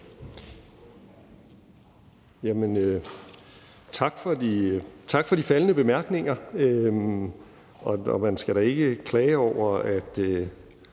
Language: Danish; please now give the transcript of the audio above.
takke for de faldne bemærkninger